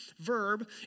verb